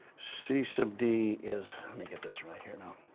c sub d is, let me get this right here now,